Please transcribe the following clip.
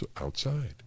outside